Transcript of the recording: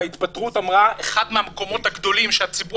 אמרה בהתפטרות שאחד ממקומות ההידבקות הגדולים של כלל הציבור